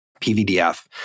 PVDF